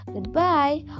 Goodbye